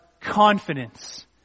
confidence